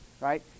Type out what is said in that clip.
right